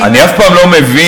מותר לך,